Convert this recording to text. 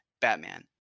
batman